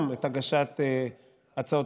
באגדות החורבן,